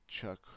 Chuck